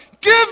give